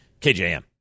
kjm